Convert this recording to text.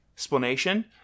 Explanation